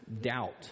doubt